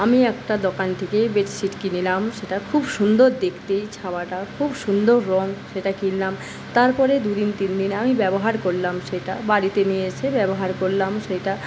আমি একটা দোকান থেকে বেডসিট কিনলাম সেটা খুব সুন্দর দেখতে ছাপাটা খুব সুন্দর রং সেটা কিনলাম তারপরে দুদিন তিনদিন আমি ব্যবহার করলাম সেটা বাড়িতে নিয়ে এসে ব্যবহার করলাম সেইটা